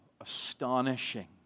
astonishing